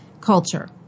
culture